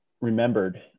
remembered